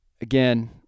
again